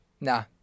Nah